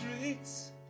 streets